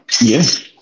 Yes